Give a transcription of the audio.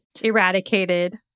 eradicated